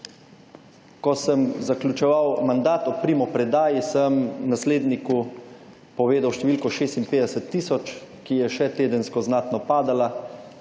Ko sem zaključeval mandat ob primopredaji sem nasledniku povedal številko 56 tisoč, ki je še tedensko znatno padala.